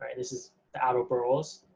and this is the outer boroughs,